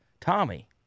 Tommy